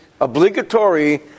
obligatory